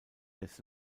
des